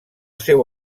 seu